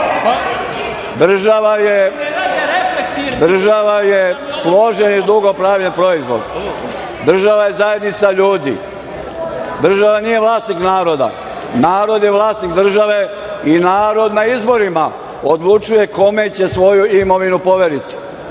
država je složen i dugo pravljen proizvod. Država je zajednica ljudi. Država nije vlasnik naroda. Narod je vlasnik države i narod na izborima odlučuje kome će svoju imovinu poveriti. Očigledno